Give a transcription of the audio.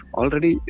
already